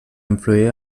influir